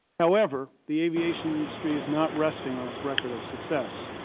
however, the aviation industry is not resting on its record of success.